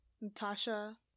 Natasha